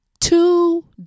two